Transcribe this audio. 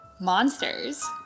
Monsters